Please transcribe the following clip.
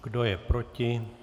Kdo je proti?